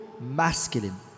masculine